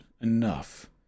enough